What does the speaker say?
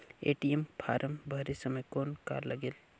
ATM form भरे समय कौन का लगेल?